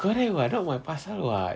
correct what not my pasal [what]